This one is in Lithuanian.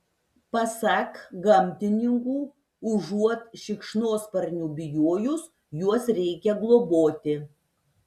pasak gamtininkų užuot šikšnosparnių bijojus juos reikia globoti